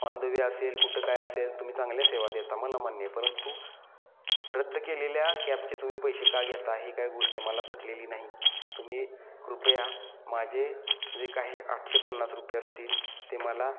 on the way असेल कुठं काय असेल तुम्ही चांगल्या सेवा देता मला मान्य आहे परंतु रद्द केलेल्या कॅबचे तुम्ही पैसे का घेता हे काही गोष्ट मला पटलेली नाही तुम्ही कृपया माझे जे काही आठशे पन्नास रुपये असतील ते मला